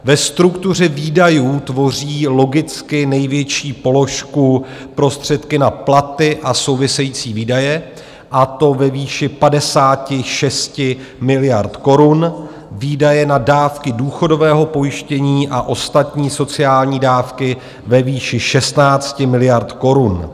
Ve struktuře výdajů tvoří logicky největší položku prostředky na platy a související výdaje, a to ve výši 56 miliard korun, výdaje na dávky důchodového pojištění a ostatní sociální dávky ve výši 16 miliard korun.